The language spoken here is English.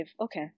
Okay